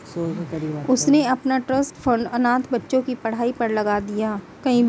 उसने अपना trust fund अनाथ बच्चों की पढ़ाई पर लगा दिया